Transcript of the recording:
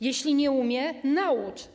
Jeśli nie umie - naucz.